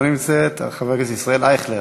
לא נמצאת, חבר הכנסת ישראל אייכלר,